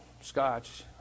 Scotch